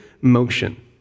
motion